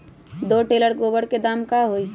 दो टेलर गोबर के दाम का होई?